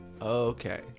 Okay